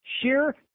Sheer